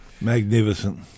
Magnificent